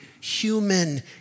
human